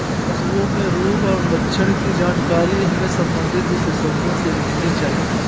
पशुओं में रोग और लक्षण की जानकारी हमें संबंधित विशेषज्ञों से लेनी चाहिए